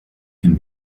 can